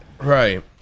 Right